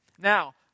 Now